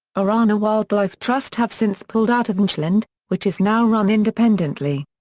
orana wildlife trust have since pulled out of natureland, which is now run independently.